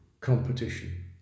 competition